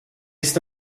ist